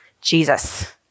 Jesus